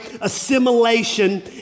assimilation